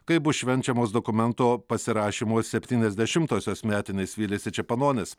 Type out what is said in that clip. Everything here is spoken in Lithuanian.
kai bus švenčiamos dokumento pasirašymo septyniasdešimtosios metinės vylėsi čepanonis